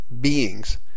beings